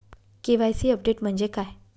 KYC update म्हणजे काय?